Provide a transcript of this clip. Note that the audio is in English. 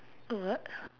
a what